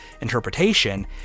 interpretation